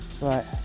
Right